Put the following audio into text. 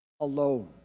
alone